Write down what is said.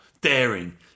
daring